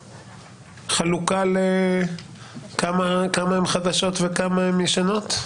החלוקה כמה הם חדשות וכמה הם ישנות?